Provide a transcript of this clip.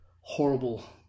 horrible